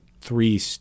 three